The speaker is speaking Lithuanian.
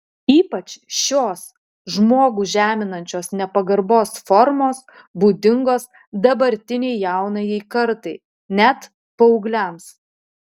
ypač šios žmogų žeminančios nepagarbos formos būdingos dabartinei jaunajai kartai net paaugliams